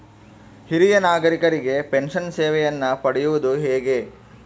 ಹಿರಿಯ ನಾಗರಿಕರಿಗೆ ಪೆನ್ಷನ್ ಸೇವೆಯನ್ನು ಪಡೆಯುವುದು ಹೇಗೆ?